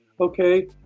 okay